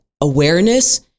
awareness